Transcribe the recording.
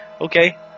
okay